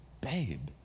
babe